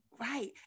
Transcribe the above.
Right